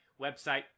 website